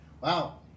Wow